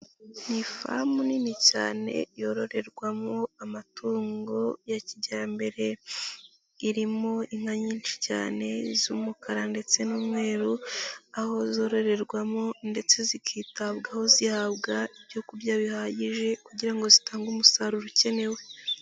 Ni ifamu nini cyane yororerwamo amatungo ya kijyambere. Irimo inka nyinshi cyane z'umukara ndetse n'umweru aho zororerwamo ndetse zikitabwaho zihabwa ibyo kurya bihagije kugira ngo zitange umusaruro ukenewe.